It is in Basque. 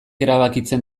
erabakitzen